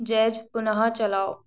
jazz पुनः चलाओ